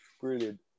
brilliant